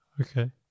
Okay